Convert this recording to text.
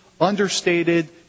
understated